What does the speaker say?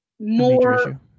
more